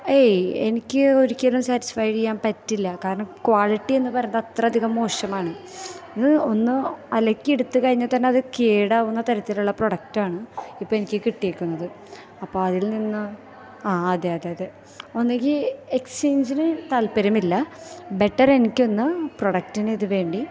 ഏയ് എനിക്ക് ഒരിക്കലും സാറ്റിസ്ഫൈ ചെയ്യാന് പറ്റില്ല കാരണം ക്വാളിറ്റീ എന്ന് പറയുന്നത് അത്ര അധികം മോശമാണ് ഇത് ഒന്ന് അലക്കിയെട്ത്ത് കഴിഞ്ഞാൽ തന്നെ അത് കേടാവുന്ന തരത്തിലുള്ള പ്രോഡക്റ്റാണ് ഇപ്പം എനിക്ക് കിട്ടിയേക്കണത് അപ്പോൾ അതില്നിന്ന് ആ അതെ അതെ അതെ ഒന്നെങ്കിൽ എക്സ്ചേഞ്ചിന് താല്പ്പര്യമില്ല ബെറ്റെർ എനിക്കൊന്ന് പ്രോഡക്റ്റിനിത് വേണ്ടി